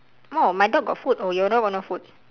oh my dog got food oh your dog got no food